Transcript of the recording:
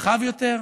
רחב יותר,